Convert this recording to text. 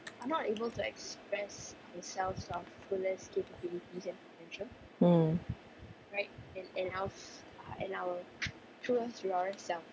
mm